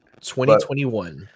2021